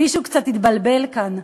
מישהו קצת התבלבל כאן.